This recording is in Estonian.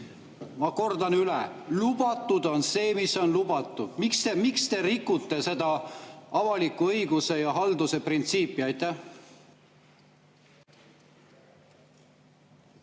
Ma kordan üle: lubatud on see, mis on lubatud. Miks te rikute seda avaliku õiguse ja halduse printsiipi? Aitäh,